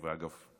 ואגב,